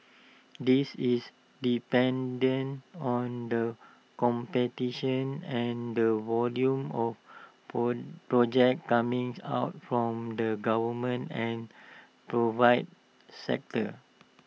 this is dependent on the competition and the volume of poor projects comings out from the government and provide sector